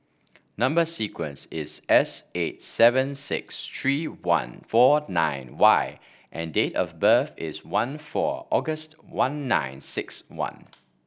number sequence is S eight seven six three one four nine Y and date of birth is one four August one nine six one